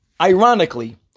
ironically